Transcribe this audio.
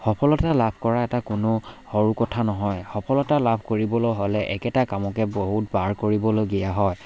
সফলতা লাভ কৰা এটা কোনো সৰু কথা নহয় সফলতা লাভ কৰিবলৈ হ'লে একেটা কামকে বহুত বাৰ কৰিবলগীয়া হয়